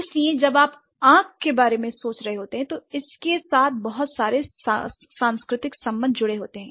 इसलिए जब आप आंख के बारे में सोच रहे होते हैं तो इसके साथ बहुत सारे सांस्कृतिक संबंध जुड़े होते हैं